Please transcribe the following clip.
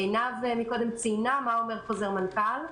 עינב לוק ציינה קודם מה אומר חוזר מנכ"ל.